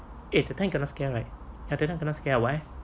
eh that time kena scare right that time kena scare right why